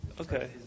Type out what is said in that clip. Okay